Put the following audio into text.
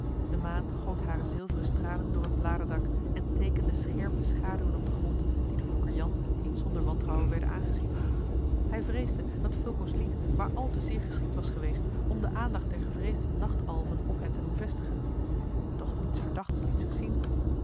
de maan goot hare zilveren stralen door het bladerdak en teekende scherpe schaduwen op den grond die door jonker jan niet zonder wantrouwen werden aangezien hij vreesde dat fulco's lied maar al te zeer geschikt was geweest om de aandacht der gevreesde nacht alven op hen te doen vestigen doch niets verdachts liet zich zien